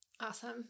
Awesome